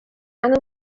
and